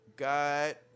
God